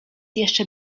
jeszcze